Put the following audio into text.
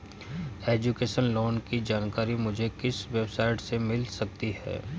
Education loan की जानकारी मुझे किस वेबसाइट से मिल सकती है?